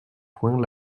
poings